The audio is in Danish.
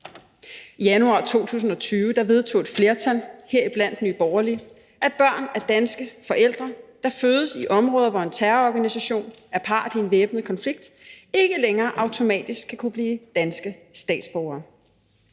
I januar 2020 vedtog et flertal, heriblandt Nye Borgerlige, at børn af danske forældre, der fødes i områder, hvor en terrororganisation er part i en væbnet konflikt, ikke længere automatisk skal kunne blive danske statsborgere.